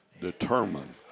determined